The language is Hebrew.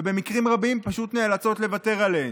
ובמקרים רבים פשוט נאלצות לוותר עליהם.